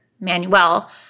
Manuel